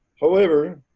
however,